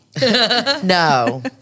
No